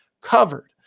covered